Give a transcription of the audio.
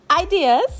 ideas